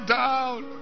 down